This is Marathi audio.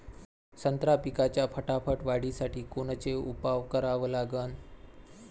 संत्रा पिकाच्या फटाफट वाढीसाठी कोनचे उपाव करा लागन?